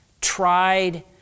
tried